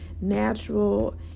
natural